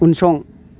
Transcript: उनसं